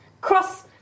cross